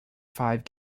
five